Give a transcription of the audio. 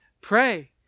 Pray